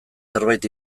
zerbait